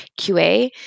QA